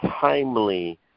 timely